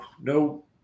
no